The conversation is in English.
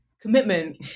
commitment